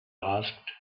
asked